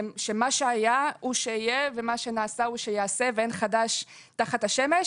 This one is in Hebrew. שמה שהיה הוא שיהיה ומה שנעשה הוא שייעשה ואין חדש תחת השמש,